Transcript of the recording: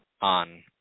on